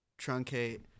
truncate